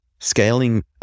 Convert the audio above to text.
Scaling